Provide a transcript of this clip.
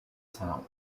sound